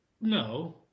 No